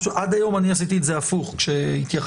עד היום עשיתי את זה הפוך כשהתייחסתי,